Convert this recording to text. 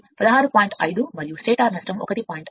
5 మరియు స్టేటర్ నష్టం 1